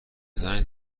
زنگ